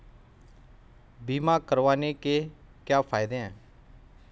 बीमा करवाने के क्या फायदे हैं?